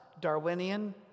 Darwinian